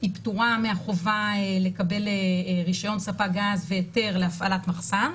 היא פתורה מהחובה לקבל רישיון ספק גז והיתר להפעלת מחסן,